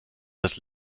das